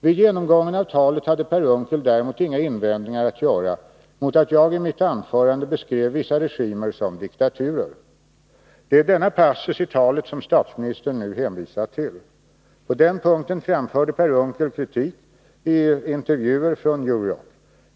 Vid genomgången av talet hade Per Unckel däremot inga invändningar att göra mot att jag i mitt anförande beskrev vissa regimer som diktaturer. Det är denna passus i talet som statsministern nu hänvisat till. På den punkten framförde Per Unckel kritik i intervjuer från New York,